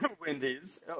Wendy's